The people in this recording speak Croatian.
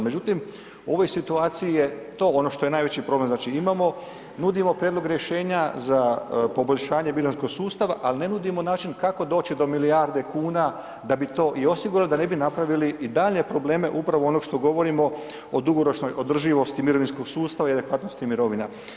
Međutim, u ovoj situaciji je to, ono što je najveći problem, znači imamo, nudimo prijedlog rješenja za poboljšanje mirovinskog sustava, ali ne nudimo način kako doći do milijarde kuna da bi to i osigurali, da ne bi napravili i daljnje probleme upravo onog što govorimo o dugoročnoj održivosti mirovinskog sustava i … [[Govornik se ne razumije]] mirovina.